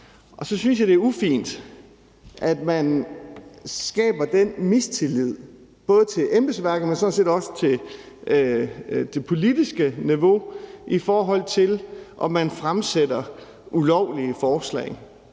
Og så synes jeg, det er ufint at skabe den mistillid – både til embedsværket, men sådan set også til det politiske niveau – i forhold til om man fremsætter ulovlige forslag.